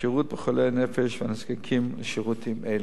והשירות לחולי הנפש והנזקקים לשירותים אלו.